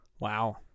Wow